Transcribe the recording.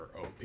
op